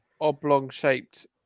oblong-shaped